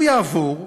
הוא יעבור,